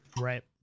right